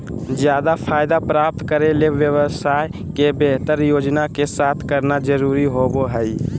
ज्यादा फायदा प्राप्त करे ले व्यवसाय के बेहतर योजना के साथ करना जरुरी होबो हइ